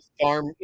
farm